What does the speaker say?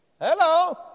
Hello